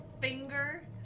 finger